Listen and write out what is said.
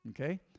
okay